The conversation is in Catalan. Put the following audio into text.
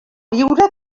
viure